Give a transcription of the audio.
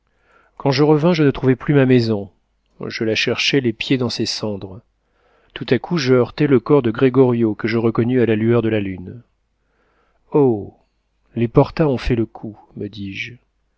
quand je revins je ne trouvai plus ma maison je la cherchais les pieds dans ses cendres tout à coup je heurtai le corps de grégorio que je reconnus à la lueur de la lune oh les porta ont fait le coup me dis-je